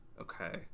Okay